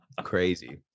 crazy